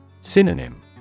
Synonym